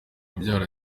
ubyara